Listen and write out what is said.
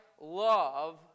love